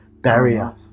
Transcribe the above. barrier